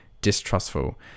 distrustful